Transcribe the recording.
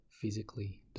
physically